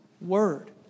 Word